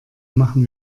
machen